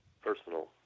personal